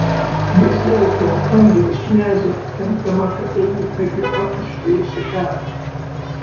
vis dėlto andriaus knezio tempiama ktu ekipa išplėšė pergalę